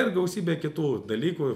ir gausybė kitų dalykų